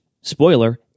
spoiler